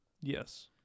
Yes